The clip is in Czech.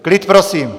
Klid, prosím!